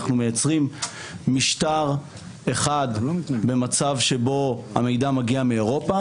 אנחנו מייצרים משטר אחד במצב שבו המידע מגיע מאירופה,